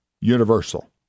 universal